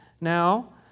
now